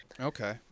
Okay